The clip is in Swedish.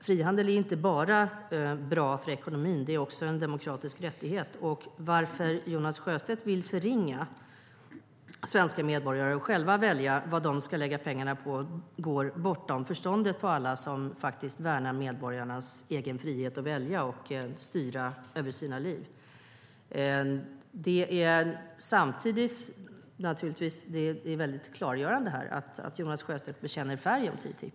Frihandel är inte bara bra för ekonomin; det är också en demokratisk rättighet. Varför Jonas Sjöstedt vill förhindra svenska medborgare från att själva välja vad de ska lägga pengarna på går bortom förstånd för alla som faktiskt värnar medborgarnas frihet att välja själva och styra över sina liv. Det är samtidigt klargörande att Jonas Sjöstedt bekänner färg om TTIP.